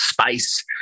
space